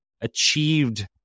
achieved